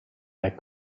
that